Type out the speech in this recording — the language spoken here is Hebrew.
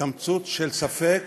קמצוץ של ספק